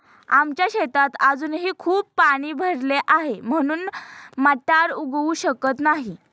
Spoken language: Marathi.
आमच्या शेतात अजूनही खूप पाणी भरले आहे, म्हणून मटार उगवू शकत नाही